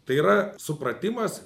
tai yra supratimas